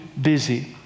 busy